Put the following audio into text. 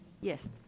Yes